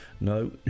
no